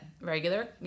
Regular